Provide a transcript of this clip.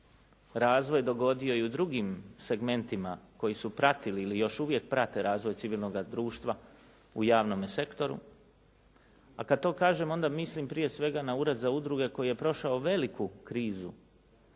razvoj dogodio i u drugim segmentima koji su pratili ili još uvijek prate razvoj civilnoga društva u javnome sektoru a kad to kažem onda mislim prije svega na Ured za udruge koji je prošao veliku krizu